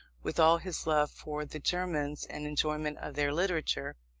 with all his love for the germans and enjoyment of their literature,